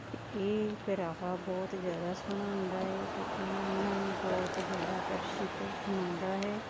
ਅਤੇ ਇਹ ਪਹਿਰਾਵਾ ਬਹੁਤ ਜ਼ਿਆਦਾ ਸੋਹਣਾ ਹੁੰਦਾ ਹੈ ਅਤੇ ਇਹ ਇਹਨਾਂ ਨੂੰ ਬਹੁਤ ਜ਼ਿਆਦਾ ਆਕਰਸ਼ਿਤ ਬਣਾਉਂਦਾ ਹੈ